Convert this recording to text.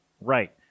Right